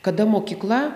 kada mokykla